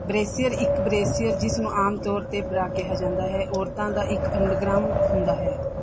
brassiere ਇੱਕ brassiere ਜਿਸਨੂੰ ਆਮ ਤੌਰ 'ਤੇ ਬ੍ਰਾ ਕਿਹਾ ਜਾਂਦਾ ਹੈ ਔਰਤਾਂ ਦਾ ਇੱਕ ਅੰਡਰਗਰਾਮੈਟ ਹੁੰਦਾ ਹੈ